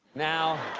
now,